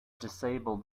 disabled